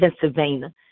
Pennsylvania